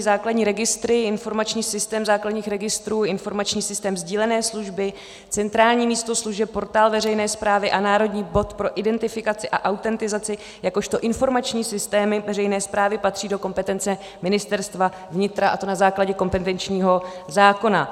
Základní registry, informační systém základních registrů, informační systém sdílené služby, centrální místo služeb, portál veřejné správy a národní bod pro identifikaci a autentizaci jakožto informační systémy veřejné správy patří do kompetence Ministerstva vnitra, a to na základě kompetenčního zákona.